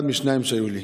אחד משניים שהיו לי.